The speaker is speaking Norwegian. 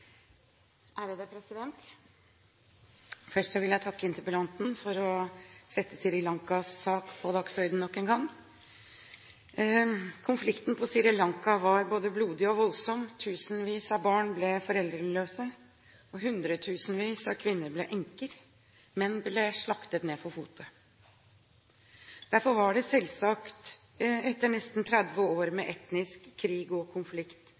Først vil jeg takke interpellanten for å sette Sri Lankas sak på dagsordenen nok en gang. Konflikten på Sri Lanka var både blodig og voldsom. Tusenvis av barn ble foreldreløse, hundretusenvis av kvinner ble enker, menn ble slaktet ned for fote. Derfor var det selvsagt bra, etter nesten 30 år med etnisk krig og konflikt,